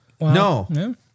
no